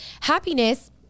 happiness